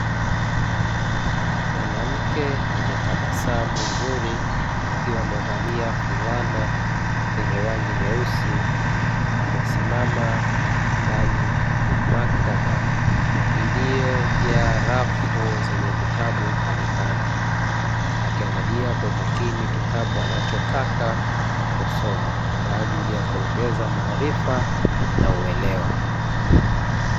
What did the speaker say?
Mwanamke mwenye tabasamu zuri, akiwa amevalia fulana yenye rangi nyeusi amesimama ndani ya maktaba iliyojaa rafu zenye vitabu mbalimbali, akiangalia kwa umakini kitabu anachotaka kusoma kwa ajili ya kuongeza maarifa na uelewa.